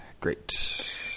great